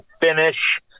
finish